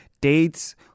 Dates